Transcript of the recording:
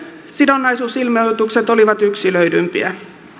sidonnaisuusilmoitukset olivat yksilöidympiä